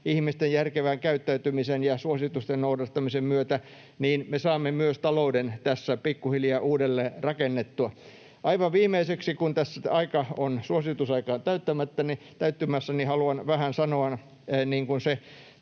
ihmisten järkevän käyttäytymisen ja suositusten noudattamisen myötä — niin me saamme myös talouden tässä pikkuhiljaa uudelleen rakennettua. Aivan viimeiseksi, kun tässä suositusaika on täyttymässä, haluan sanoa — vähän niin kuin se